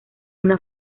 una